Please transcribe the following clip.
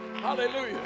Hallelujah